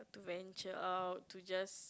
venture out to just